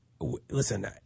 listen